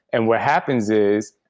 and what happens is,